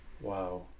Wow